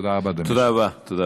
תודה רבה, אדוני היושב-ראש.